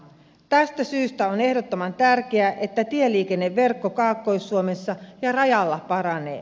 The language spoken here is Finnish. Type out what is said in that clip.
tästä syystä on ehdottoman tärkeää että tieliikenneverkko kaakkois suomessa ja rajalla paranee